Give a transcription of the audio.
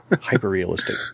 Hyper-realistic